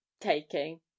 Taking